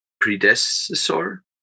predecessor